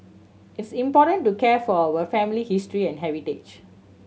it's important to care for our family history and heritage